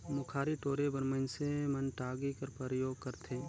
मुखारी टोरे बर मइनसे मन टागी कर परियोग करथे